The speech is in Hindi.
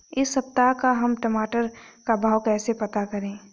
इस सप्ताह का हम टमाटर का भाव कैसे पता करें?